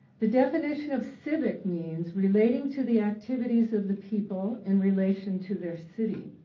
the definition of civic means relating to the activities of the people in relation to their city.